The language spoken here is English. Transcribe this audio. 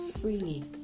freely